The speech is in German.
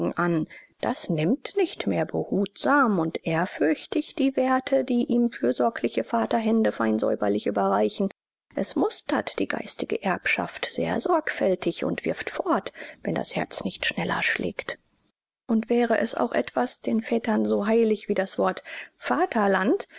an das nimmt nicht mehr behutsam und ehrfürchtig die werte die ihm fürsorgliche vaterhände fein säuberlich überreichen es mustert die geistige erbschaft sehr sorgfältig und wirft fort wenn das herz nicht schneller schlägt und wäre es auch etwas den vätern so heilig wie das wort vaterland